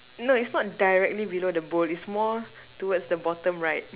no it's not directly below the bowl it's more towards the bottom right